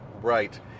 Right